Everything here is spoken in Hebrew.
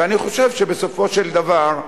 ואני חושב שבסופו של דבר,